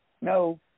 No